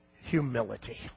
humility